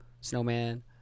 snowman